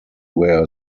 where